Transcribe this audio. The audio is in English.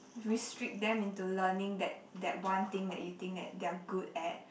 restrict them into learning that that one thing that you think that they are good at